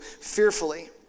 fearfully